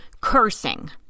Cursing